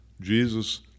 Jesus